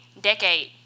Decade